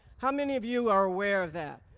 how many of you are aware of that?